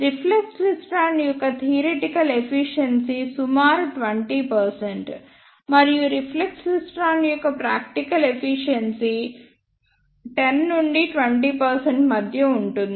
reflex klystron యొక్క theoretical efficiency సుమారు 20 మరియు రిఫ్లెక్స్ క్లైస్ట్రాన్ యొక్క ప్రాక్టికల్ ఎఫీషియెన్సీ 10 నుండి 20 మధ్య ఉంటుంది